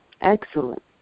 Excellent